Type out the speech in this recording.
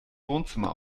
wohnzimmer